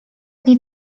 dni